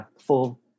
full